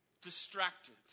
distracted